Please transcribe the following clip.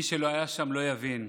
מי שלא היה שם לא יבין.